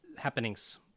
happenings